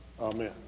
Amen